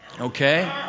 okay